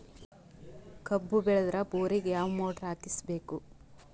ಕಬ್ಬು ಬೇಳದರ್ ಬೋರಿಗ ಯಾವ ಮೋಟ್ರ ಹಾಕಿಸಬೇಕು?